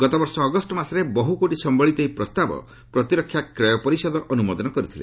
ଗତବର୍ଷ ଅଗଷ୍ଟ ମାସରେ ବହୁ କୋଟି ସମ୍ଭଳିତ ଏହି ପ୍ରସ୍ତାବ ପ୍ରତିରକ୍ଷା କ୍ରୟ ପରିଷଦ ଅନୁମୋଦନ କରିଥିଲେ